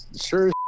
sure